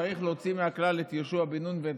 צריך להוציא מהכלל את יהושע בן נון ואת